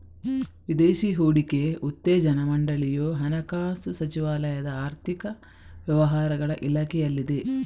ವಿದೇಶಿ ಹೂಡಿಕೆ ಉತ್ತೇಜನಾ ಮಂಡಳಿಯು ಹಣಕಾಸು ಸಚಿವಾಲಯದ ಆರ್ಥಿಕ ವ್ಯವಹಾರಗಳ ಇಲಾಖೆಯಲ್ಲಿದೆ